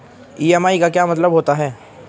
EMI का क्या मतलब होता है?